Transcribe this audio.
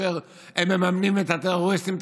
שהם מממנים את הטרוריסטים,